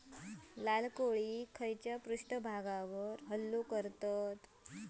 लाल कोळी खैच्या पृष्ठभागावर हल्लो करतत?